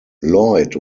lloyd